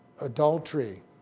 adultery